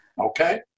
okay